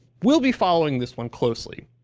we'll be following this one closely.